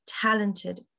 talented